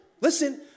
listen